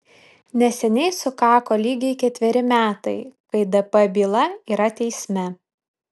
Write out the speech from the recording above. neseniai sukako lygiai ketveri metai kai dp byla yra teisme